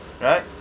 right